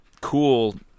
cool